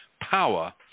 power